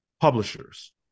publishers